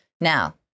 Now